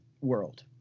world